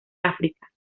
áfrica